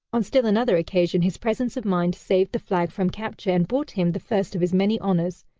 on still another occasion, his presence of mind saved the flag from capture and brought him the first of his many honors,